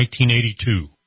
1982